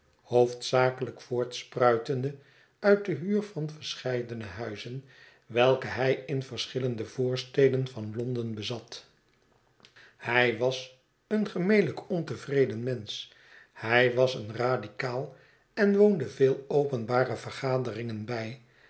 hoofdzakelijk voortspruitende uit de huur van verscheiden huizen welke hij in verschillende voorsteden van londen bezat hij was een gemelijk ontevreden mensch hij was een radicaal en woonde veel openbare vergaderingen bij